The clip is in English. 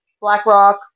BlackRock